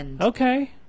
Okay